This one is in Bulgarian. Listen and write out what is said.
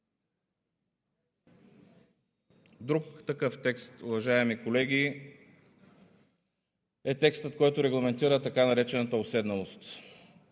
Друг такъв текст, уважаеми колеги, е текстът, който регламентира така наречената уседналост.